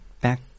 back